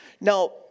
Now